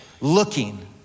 looking